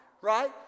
right